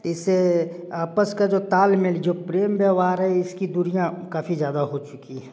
इससे आपस का जो ताल मेल जो प्रेम व्यवहार है इसकी दूरियाँ काफी ज्यादा हो चुकी है